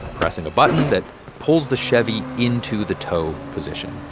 pressing a button that pulls the chevy into the tow position.